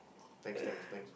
thanks thanks thanks